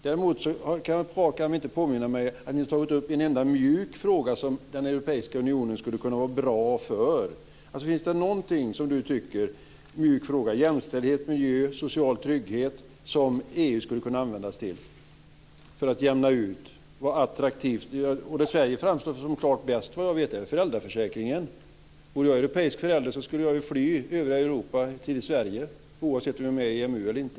Däremot kan jag inte påminna mig att ni tagit upp en enda mjuk fråga som den europeiska unionen skulle kunna vara bra för. Finns det någonting som Catharina Hagen tycker i en mjuk fråga - jämställdhet, miljö, social trygghet - som EU skulle kunna användas till för att jämna ut och vara attraktivt. Det avseende som Sverige framstår som klart bäst i är föräldraförsäkringen. Om jag vore europeisk förälder skulle jag fly övriga Europa till Sverige, oavsett om vi är med i EMU eller inte.